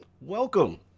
Welcome